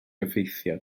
effeithiau